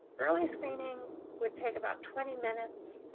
early screening would take about twenty minutes,